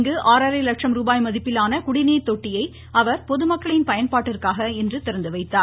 இங்கு ஆறரை லட்சம் ரூபாய் மதிப்பிலான குடிநீர் தொட்டியை அவர் பொதுமக்களின் பயன்பாட்டிற்காக இன்று திறந்துவைத்தார்